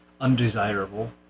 undesirable